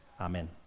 Amen